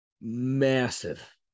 massive